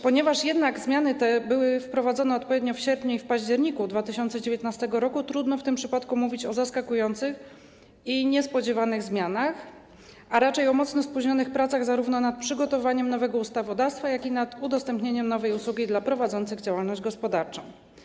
Ponieważ jednak zmiany te były wprowadzone odpowiednio w sierpniu i w październiku 2019 r., trudno w tym przypadku mówić o zaskakujących i niespodziewanych zmianach, a raczej o mocno spóźnionych pracach zarówno nad przygotowaniem nowego ustawodawstwa, jak i nad udostępnieniem nowej usługi dla prowadzących działalność gospodarczą.